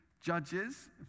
judges